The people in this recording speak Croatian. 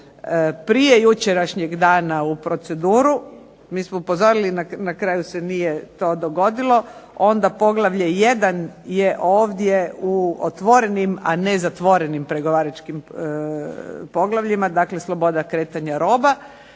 prije jučerašnjeg dana u proceduru, mi smo upozorili, na kraju se to nije dogodilo. Onda poglavlje 1. je ovdje je u otvorenim, a ne zatvorenim pregovaračkim poglavljima, dakle Sloboda kretanja rova.